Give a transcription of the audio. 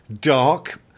dark